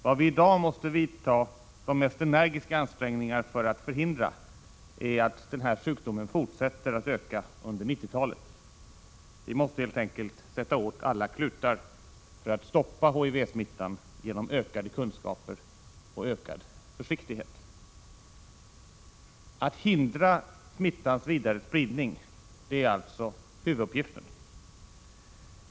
Vad vi i dag måste vidta de mest energiska ansträngningar för att förhindra är att den här sjukdomen fortsätter att öka under 90-talet. Vi måste helt enkelt sätta åt alla klutar för att stoppa HIV-smittan genom ökade kunskaper och ökad försiktighet. Att hindra smittans vidare spridning — det är alltså huvuduppgiften.